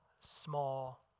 small